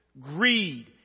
Greed